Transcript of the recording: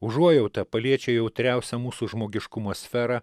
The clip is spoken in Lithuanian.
užuojauta paliečia jautriausią mūsų žmogiškumo sferą